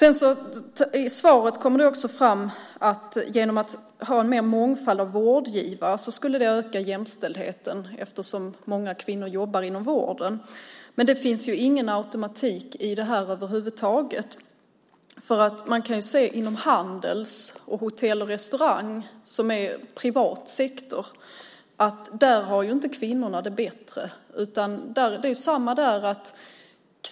I svaret kommer det fram att en större mångfald av vårdgivare skulle öka jämställdheten eftersom många kvinnor jobbar inom vården. Det finns ingen automatik i det. Kvinnorna har det inte bättre inom Handels och Hotell och Restaurang, som är privat sektor. Det är samma sak där.